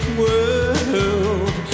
world